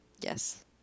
Yes